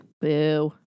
Boo